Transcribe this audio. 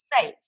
safe